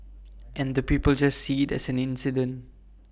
and the people just see IT as an incident